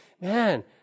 man